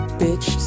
bitch